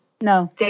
No